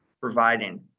providing